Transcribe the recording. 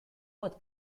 what